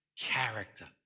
character